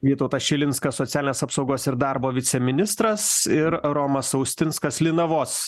vytautas šilinskas socialinės apsaugos ir darbo viceministras ir romas austinskas linavos